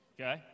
Okay